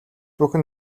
бүхэн